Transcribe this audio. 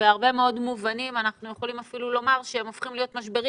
שבהרבה מאוד מובנים אנחנו יכולים אפילו לומר שהם הופכים להיות משברים